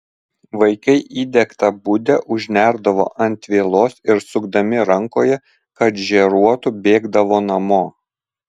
vaikai įdegtą budę užnerdavo ant vielos ir sukdami rankoje kad žėruotų bėgdavo namo